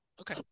Okay